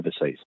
overseas